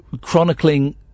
chronicling